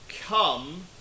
come